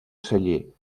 celler